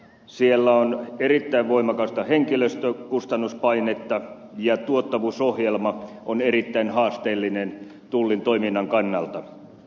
siellä on erittäin voimakasta henkilöstökustannuspainetta ja tuottavuusohjelma on erittäin haasteellinen tullin toiminnan kannalta